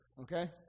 okay